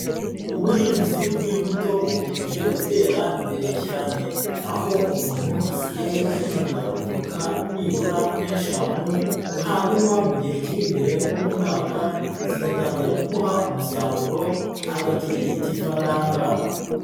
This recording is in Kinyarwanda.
Ubuhinzi bw'imbuto bukomeje gutera imbere cyane, aho umuntu asigaye ahinga voka nibura nk'eshanu, hanyuma mu gihe kiri imbere nko mu mwaka, zigatangira kumuha umusaruro agakirigita ifaranga.